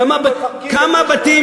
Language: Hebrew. היו מפרקים,